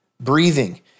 breathing